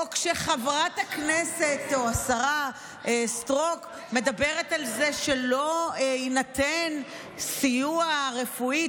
או כשהשרה סטרוק מדברת על זה שלא יינתן סיוע רפואי,